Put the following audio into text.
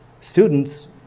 students